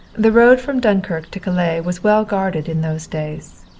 the road from dunkirk to calais was well guarded in those days.